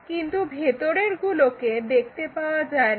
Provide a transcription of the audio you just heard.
কিন্তু ভিতরেরগুলোকে দেখতে পাওয়া যায় না